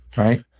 right?